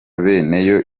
beneyo